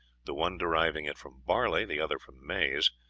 the one deriving it from barley, the other from maize.